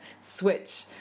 switch